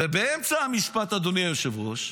ובאמצע המשפט, אדוני היושב-ראש,